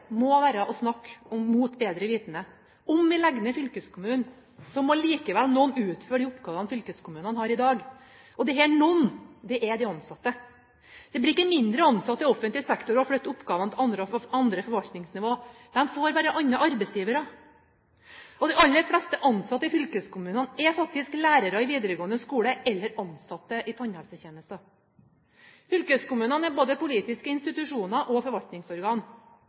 må være å snakke mot bedre vitende. Om vi legger ned fylkeskommunen, må likevel noen utføre de oppgavene fylkeskommunene har i dag. Og disse «noen» er de ansatte. Det blir ikke færre ansatte i offentlig sektor av å flytte oppgavene til andre forvaltningsnivå. De får bare andre arbeidsgivere. De aller fleste ansatte i fylkeskommunene er faktisk lærere i videregående skole eller ansatte i tannhelsetjenesten. Fylkeskommunene er både politiske institusjoner og